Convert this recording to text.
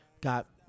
got